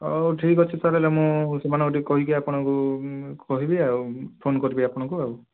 ହେଉ ଠିକ୍ ଅଛି ତାହାଲେ ମୁଁ ସେମାନଙ୍କୁ ଟିକିଏ କହିକି ଆପଣଙ୍କୁ କହିବି ଆଉ ଫୋନ୍ କରିବି ଆପଣଙ୍କୁ ଆଉ